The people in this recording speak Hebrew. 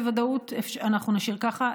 בוודאות אנחנו נשאיר ככה.